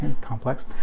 complex